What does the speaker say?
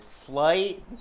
flight